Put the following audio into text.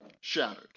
shattered